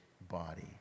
body